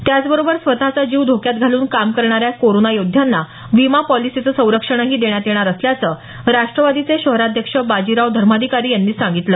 त्याचबरोबर स्वतःचा जीव धोक्यात घालून काम करणारया कोरोना योद्ध्यांना विमा पॉलिसीचं संरक्षणही देण्यात येणार असल्याचं राष्ट्रवादीचे शहराध्यक्ष बाजीराव धर्माधिकारी यांनी सांगितलं